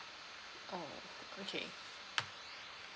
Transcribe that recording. oh okay